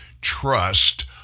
trust